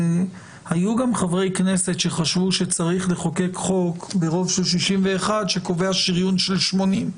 היו גם חברי כנסת שחשבו שצריך לחוקק חוק ברוב של 61 שקובע שריון של 80,